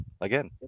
again